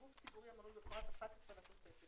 גוף ציבורי המנוי בפרט (11) לתוספת,